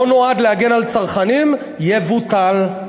שלא נועד להגן על צרכנים, יבוטל.